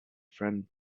friend